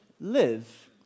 live